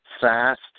fast